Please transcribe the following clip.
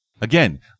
Again